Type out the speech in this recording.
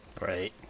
Right